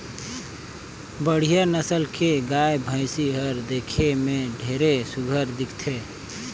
बड़िहा नसल के गाय, भइसी हर देखे में ढेरे सुग्घर दिखथे